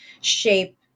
shape